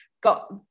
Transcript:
got